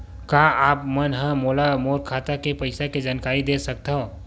का आप मन ह मोला मोर खाता के पईसा के जानकारी दे सकथव?